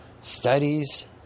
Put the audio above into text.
studies